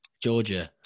Georgia